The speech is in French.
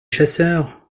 chasseurs